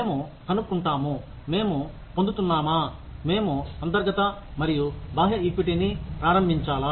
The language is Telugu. మేము కనుక్కుంటాము మేము పొందుతున్నామా మేము అంతర్గత మరియు బాహ్య ఈక్విటీని ప్రారంభించాలా